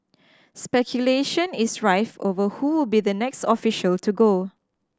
speculation is rife over who with the next official to go